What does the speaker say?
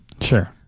Sure